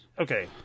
okay